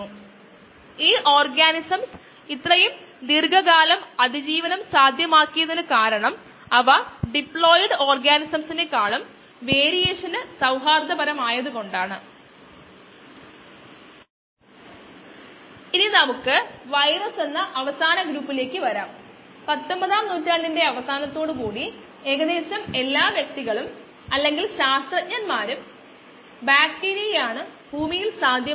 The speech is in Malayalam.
Y x s സബ്സ്ട്രേറ്റ്മായി ബന്ധപ്പെട്ട കോശങ്ങളുടെ യിൽഡ് നമ്മൾ ഇവിടെ നിർവചിച്ച മൂല്യങ്ങളുടെ അടിസ്ഥാനത്തിൽ ഉപഭോഗം ചെയ്യുന്ന സബ്സ്ട്രേറ്റ്ന്റെ അളവിൽ നിന്ന് ഉത്പാദിപ്പിക്കപ്പെടുന്ന കോശങ്ങളുടെ അളവല്ലാതെ മറ്റൊന്നുമല്ലെന്ന് നമുക്കറിയാം